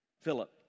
Philip